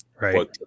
Right